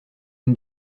une